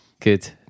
Good